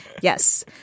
Yes